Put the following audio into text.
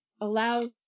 allows